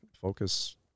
focus